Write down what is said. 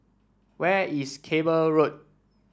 where is Cable Road